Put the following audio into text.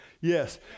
Yes